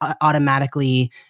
automatically